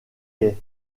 est